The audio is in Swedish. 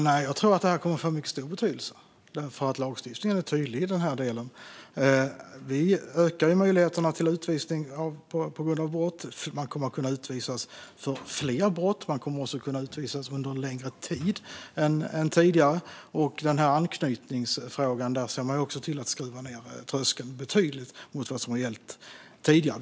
Fru talman! Nej, jag tror att detta kommer att få en mycket stor betydelse, för lagstiftningen är tydlig i den här delen. Vi ökar möjligheterna till utvisning på grund av brott. Man kommer att kunna utvisas för fler brott. Man kommer också att kunna utvisas under en längre tid än tidigare. När det gäller anknytningsfrågan ser man också till att skruva ned tröskeln betydligt jämfört med vad som har gällt tidigare.